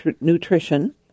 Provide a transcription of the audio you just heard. nutrition